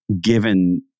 given